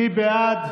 מי בעד?